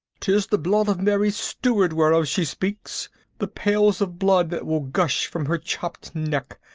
tis the blood of mary stuart whereof she speaks the pails of blood that will gush from her chopped neck.